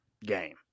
game